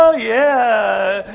ah yeah.